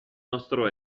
nostro